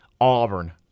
Auburn